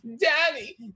Daddy